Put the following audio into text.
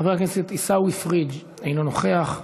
חבר הכנסת עיסאווי פריג' אינו נוכח,